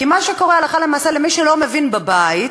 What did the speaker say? כי מה שקורה הלכה למעשה, למי שלא מבין, בבית,